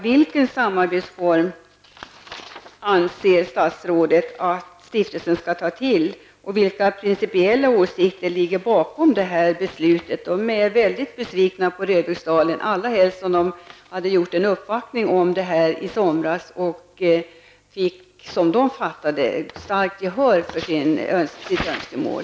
Vilken samarbetsform anser statsrådet att stiftelsen skall ta till, och vilka principiella åsikter ligger bakom beslutet? De är besvikna på Röbäcksdalen, allra helst som man där har uppvaktat om detta i somras. De fick, som de förstod det hela, ett starkt gehör för sina önskemål.